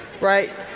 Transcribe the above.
right